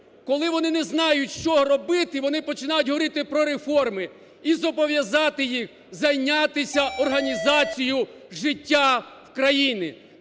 Коли вони не знають, що робити, вони починають говорити про реформи. І зобов'язати їх зайнятися організацією життя в країні.